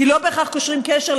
כי לא בהכרח קושרים קשר,